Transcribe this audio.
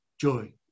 joy